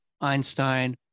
Einstein